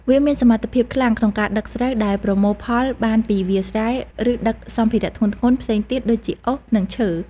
វាមានសមត្ថភាពខ្លាំងក្នុងការដឹកស្រូវដែលប្រមូលផលបានពីវាលស្រែ ឬដឹកសម្ភារៈធ្ងន់ៗផ្សេងទៀតដូចជាអុស និងឈើ។